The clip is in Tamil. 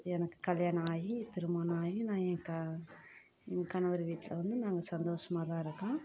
எனக்கு கல்யாணம் ஆகி திருமணம் ஆகி நான் என் க கணவர் வீட்டில் வந்து நாங்கள் சந்தோஷமாக தான் இருக்கோம்